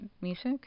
music